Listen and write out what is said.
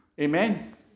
Amen